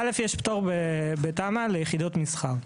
א', יש פטור בתמ"א ליחידות מסחר.